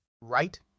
Right